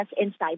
inside